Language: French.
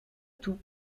tout